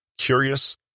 curious